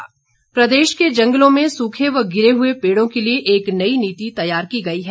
गोविंद ठाकुर प्रदेश के जंगलों में सूखे व गिरे हुए पेड़ों के लिए एक नई नीति तैयार की गई है